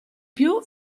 più